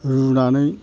रुनानै